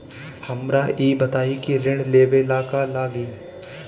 हमरा ई बताई की ऋण लेवे ला का का लागी?